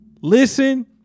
listen